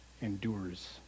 endures